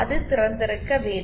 அது திறந்திருக்க வேண்டும்